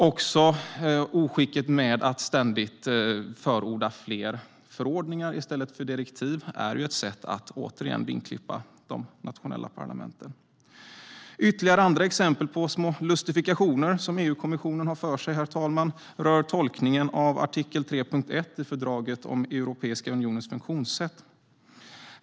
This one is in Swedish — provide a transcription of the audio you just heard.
Också oskicket med att ständigt förorda fler förordningar i stället för direktiv är ett sätt att återigen vingklippa de nationella parlamenten. Ytterligare exempel på små lustifikationer som EU-kommissionen har för sig, herr talman, rör tolkningen av artikel 3.1 i fördraget om Europeiska unionens funktionssätt.